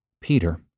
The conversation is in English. Peter